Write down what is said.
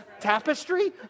Tapestry